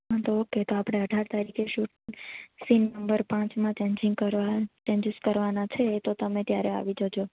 તો ઓકે આપણે અઢાર તરીખે શૂટ સીન નંબર પાંચમાં ચેન્જિંગ કરવા ચેન્જીસ કરવાના છે તો તમે ત્યારે આવી જજો